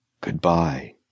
Goodbye